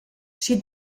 schi